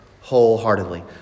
wholeheartedly